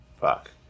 Fuck